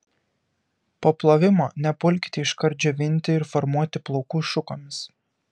po plovimo nepulkite iškart džiovinti ir formuoti plaukų šukomis